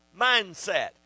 mindset